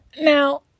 Now